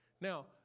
Now